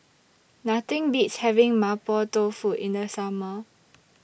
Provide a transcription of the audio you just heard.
Nothing Beats having Mapo Tofu in The Summer